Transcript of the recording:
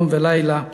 יום ולילה,